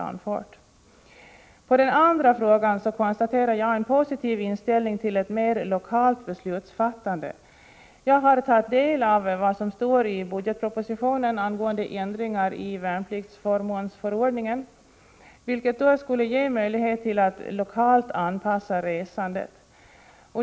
Jag konstaterar att försvarsministern i svaret på min andra fråga redovisar en positiv inställning till ett mera lokalt beslutsfattande. Jag har tagit del av vad som står i budgetpropositionen angående de förslag till ändringar i värnpliktsförmånsförordningen som skulle kunna ge möjlighet till ett lokalt anpassat resande.